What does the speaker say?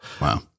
Wow